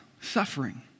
suffering